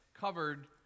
covered